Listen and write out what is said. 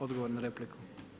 Odgovor na repliku.